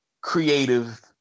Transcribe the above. creative